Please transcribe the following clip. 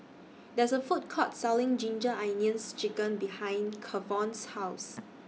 There IS A Food Court Selling Ginger Onions Chicken behind Kavon's House